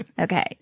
Okay